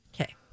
Okay